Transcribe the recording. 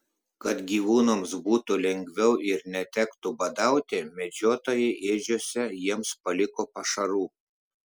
kad gyvūnams būtų lengviau ir netektų badauti medžiotojai ėdžiose jiems paliko pašarų